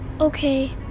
Okay